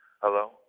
hello